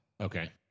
Okay